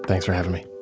thanks for having me